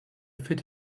fit